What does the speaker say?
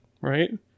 right